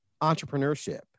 entrepreneurship